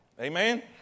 Amen